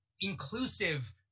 inclusive